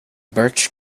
birch